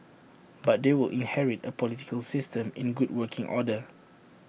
but they will inherit A political system in good working order